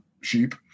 sheep